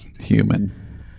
human